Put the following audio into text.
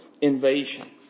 invasion